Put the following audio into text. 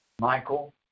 Michael